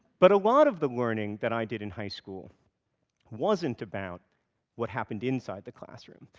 but a lot of the learning that i did in high school wasn't about what happened inside the classroom,